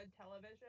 television